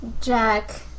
Jack